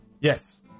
Yes